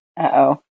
Uh-oh